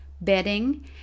bedding